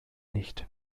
nicht